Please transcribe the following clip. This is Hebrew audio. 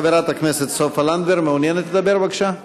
חברת הכנסת סופה לנדבר, מעוניינת לדבר, בבקשה?